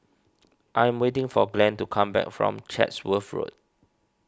I am waiting for Glenn to come back from Chatsworth Road